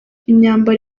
imyambaro